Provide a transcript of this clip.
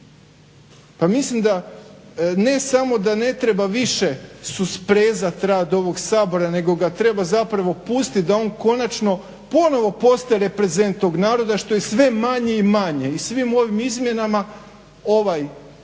Pa mislim ne samo da ne treba više susprezati rad ovog Sabora nego ga treba zapravo pustiti da on konačno postane reprezent tog naroda što je sve manje i manje i u svim ovim izmjenama ovaj Dom